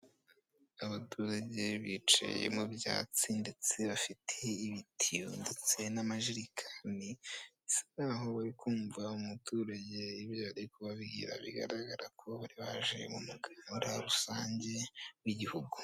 Abaturage bicaye ndetse bafite ibitiyo ndetse n'amajerekani bisa nkaho bari kumva umuturage ibyo ari kubabwira bigaragara ko bari baje mu muganda rusange w'igihugu.